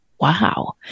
wow